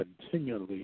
Continually